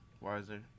wiser